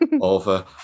over